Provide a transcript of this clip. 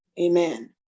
amen